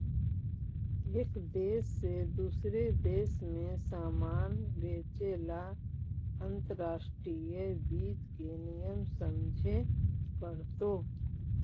एक देश से दूसरे देश में सामान बेचे ला अंतर्राष्ट्रीय वित्त के नियम समझे पड़तो